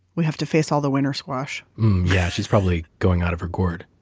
we have to face all the winter squash yeah. she's probably going out of her gourd